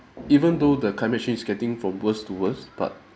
even though the climate change is getting from worse to worst but